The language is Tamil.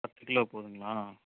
பத்து கிலோ போதுங்களா